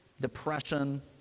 Depression